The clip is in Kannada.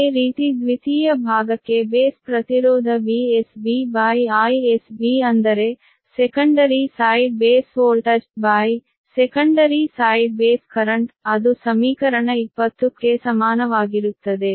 ಅದೇ ರೀತಿ ದ್ವಿತೀಯ ಭಾಗಕ್ಕೆ ಬೇಸ್ ಪ್ರತಿರೋಧ VsBIsB ಅಂದರೆ secondary side base voltagesecondary side base current ಅದು ಸಮೀಕರಣ 20 ಕ್ಕೆ ಸಮಾನವಾಗಿರುತ್ತದೆ